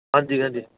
ਹਾਂਜੀ ਹਾਂਜੀ